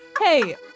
hey